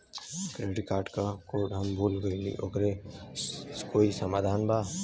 Credit card क code हम भूल गइली ओकर कोई समाधान बा?